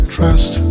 Trust